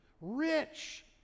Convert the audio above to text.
rich